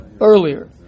earlier